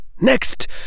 Next